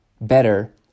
better